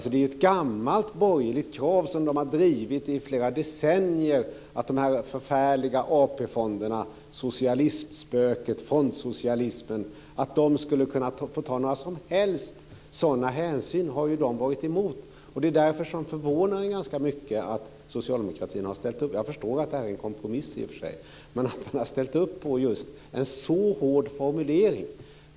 Det är ett gammalt borgerligt krav som har drivits i flera decennier att de förfärliga AP-fonderna, socialistspöket, fondsocialismen, inte ska få ta sådana hänsyn. Det är därför det förvånar mig mycket att socialdemokratin har ställt upp - jag förstår att det är en kompromiss - med en så hård formulering.